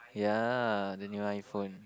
ya the new iPhone